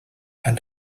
and